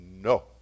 no